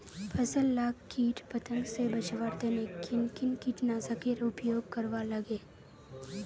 फसल लाक किट पतंग से बचवार तने किन किन कीटनाशकेर उपयोग करवार लगे?